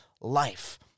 life